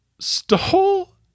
stole